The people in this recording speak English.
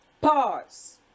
Pause